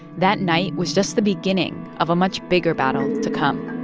that night was just the beginning of a much bigger battle to come.